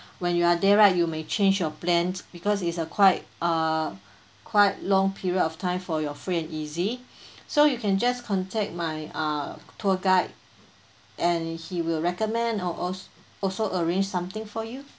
when you are there right you may change your plans because it's a quite uh quite long period of time for your free and easy so you can just contact my uh tour guide and he will recommend or also also arrange something for you